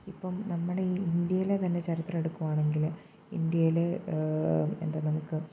ഇപ്പം നമ്മടെ ഈ ഇന്ത്യയിലെ തന്നെ ചരിത്രം എടുക്കുകയാണെങ്കിൽ ഇന്ത്യയിൽ എന്താണ് നമുക്ക്